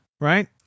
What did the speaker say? right